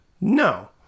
no